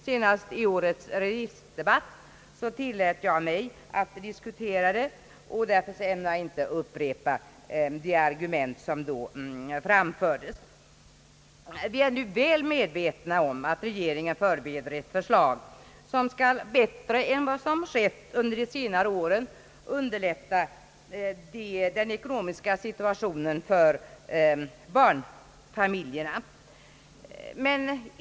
Senast i årets remissdebatt tillät jag mig att diskutera denna fråga, och därför ämnar jag nu inte upprepa de argument som då framfördes. Vi är emellertid väl medvetna om att regeringen förbereder ett förslag, som bättre än vad som har skett under senare år skall underlätta den ekonomiska situationen för barnfamiljerna.